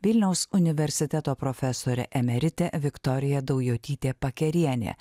vilniaus universiteto profesorė emeritė viktorija daujotytė pakerienė